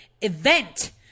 event